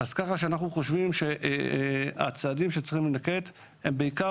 כך שאנחנו חושבים שהצעדים שצריכים להינקט הם בעיקר